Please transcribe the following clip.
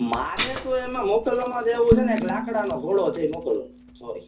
મારે તો એમાં મોકલવામાં તો એવું છેને એક લાકડાનો ઘોડો છે એ મોકલવાનો સોરી